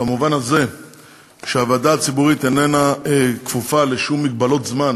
במובן הזה שהוועדה הציבורית איננה כפופה לשום מגבלות זמן